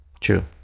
True